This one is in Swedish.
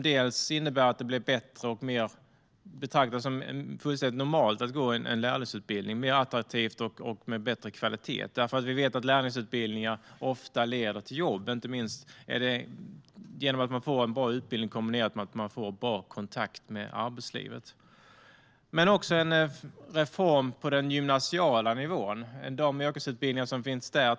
Dels ska det betraktas som fullständigt normalt att gå en lärlingsutbildning - mer attraktivt och med bättre kvalitet, för vi vet ju att lärlingsutbildningar ofta leder till jobb genom att man får en bra utbildning kombinerat med en bra kontakt med arbetslivet, dels behövs det en reform av de yrkesutbildningar som finns på den gymnasiala nivån.